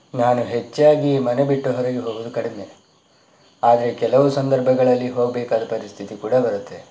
ನಾನು ಹೆಚ್ಚಾಗಿ ಮನೆ ಬಿಟ್ಟು ಹೊರಗೆ ಹೋಗುವುದು ಕಡಿಮೆ ಆದರೆ ಕೆಲವು ಸಂದರ್ಭಗಳಲ್ಲಿ ಹೋಗಬೇಕಾದ ಪರಿಸ್ಥಿತಿ ಕೂಡ ಬರತ್ತೆ